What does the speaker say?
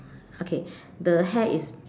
okay the hair is